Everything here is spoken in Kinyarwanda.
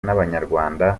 n’abanyarwanda